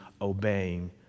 obeying